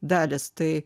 dalis tai